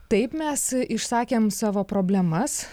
taip mes išsakėm savo problemas